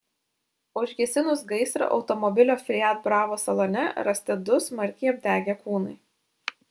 užgesinus gaisrą automobilio fiat bravo salone rasti du smarkiai apdegę kūnai